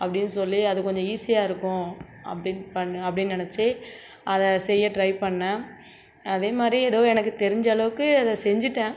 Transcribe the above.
அப்படினு சொல்லி அது கொஞ்சம் ஈஸியாக இருக்கும் அப்படினு ப அப்ப டினு நினச்சி அதை செய்ய ட்ரை பண்ணேன் அதே மாதிரி எதோ எனக்கு தெரிஞ்ச அளவுக்கு அதை செஞ்சிட்டேன்